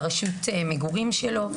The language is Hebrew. לרשות המגורים שלו,